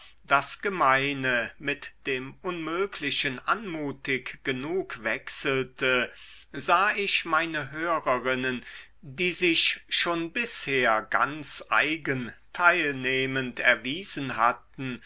das gemeine mit dem unmöglichen anmutig genug wechselte sah ich meine hörerinnen die sich schon bisher ganz eigen teilnehmend erwiesen hatten